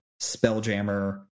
Spelljammer